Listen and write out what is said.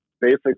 basic